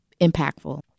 impactful